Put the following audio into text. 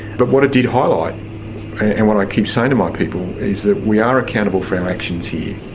but what it did highlight and what i keep saying to my people is that we are accountable for our actions here.